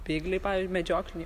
piglį paviui medžioklinį